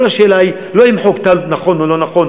כל השאלה היא לא אם חוק טל נכון או לא נכון,